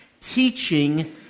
teaching